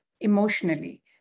emotionally